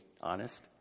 honest